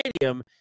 stadium